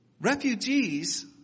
refugees